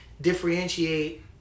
differentiate